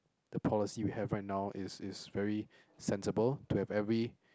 the policy we have right now is is very sensible to have every